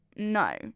No